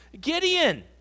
Gideon